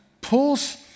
pulls